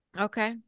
okay